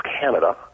Canada